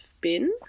bin